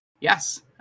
Yes